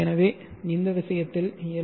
எனவே இந்த விஷயத்தில் எல்